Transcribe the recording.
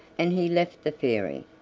and he left the fairy,